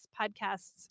podcasts